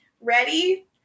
Ready